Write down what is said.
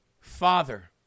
Father